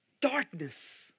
Darkness